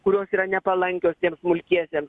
kurios yra nepalankios tiems smulkiesiems